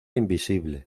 invisible